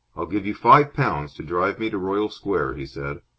i'll give you five pounds to drive me to royal square, he said.